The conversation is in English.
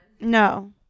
No